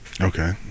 Okay